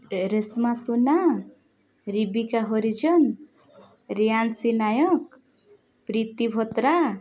Reshma Suna Ribika Harijan Riyansi Nayak Priti Bhatra